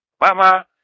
Mama